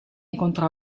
incontra